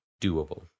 doable